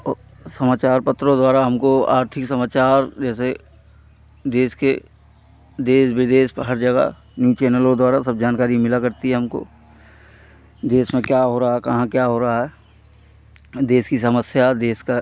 वो समाचार पत्रों द्वारा हमको आर्थिक समाचार जैसे देश के देश विदेश पे हर जगह न्यूज़ चैनलों द्वारा सब जानकारी मिला करती है हमको देश में क्या हो रहा कहाँ क्या हो रहा है देश की समस्या देश का